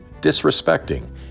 disrespecting